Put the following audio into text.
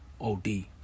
OD